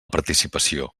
participació